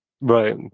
right